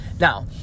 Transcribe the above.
Now